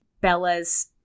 Bella's